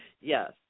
Yes